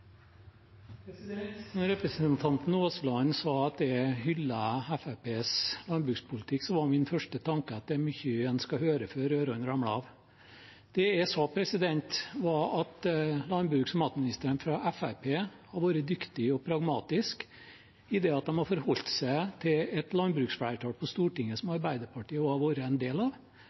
representanten Aasland sa at jeg hyllet Fremskrittspartiets landbrukspolitikk, var min første tanke at det er mye en skal høre før ørene ramler av. Det jeg sa, var at landbruks- og matministrene fra Fremskrittspartiet har vært dyktige og pragmatiske i det at de har forholdt seg til et landbruksflertall på Stortinget, som Arbeiderpartiet også har vært en del av.